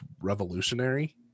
revolutionary